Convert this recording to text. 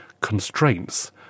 constraints